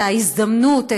את ההזדמנות,